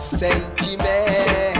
sentiment